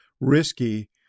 risky